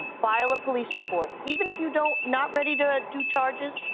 file a police report. even if you don't not ready to do charges,